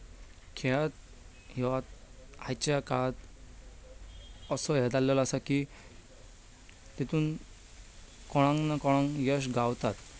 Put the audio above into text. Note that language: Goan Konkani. खेळच हो आयच्या काळांत असो हें जाल्लो आसा की तातूंत कोणाक ना कोणाक यश गावताच